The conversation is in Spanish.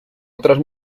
otras